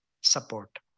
support